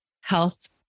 health